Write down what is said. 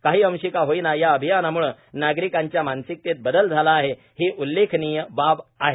काही अंशी का होईना या अभियानाम्ळे नागरिकांच्या मानसिकतेत बदल झाला आहे ही उल्लेखनीय बाब आहे